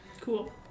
Cool